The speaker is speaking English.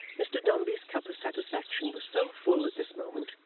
mr dombey's cup of satisfaction was so full at this moment,